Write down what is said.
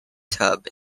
tub